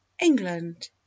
England